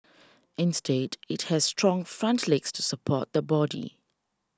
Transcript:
instead it has strong front legs to support the body